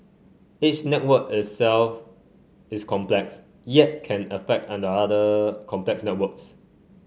each network itself is complex yet can affect and other complex networks